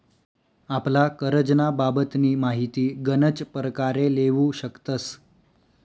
आपला करजंना बाबतनी माहिती गनच परकारे लेवू शकतस